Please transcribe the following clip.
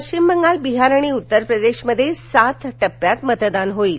पश्चिम बंगाल बिहार आणि उत्तर प्रदेशमध्ये सात टप्प्यात मतदान होणार आहे